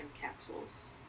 capsules